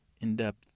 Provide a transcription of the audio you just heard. in-depth